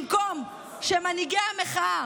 במקום שמנהיגי המחאה,